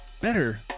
better